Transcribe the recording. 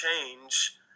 change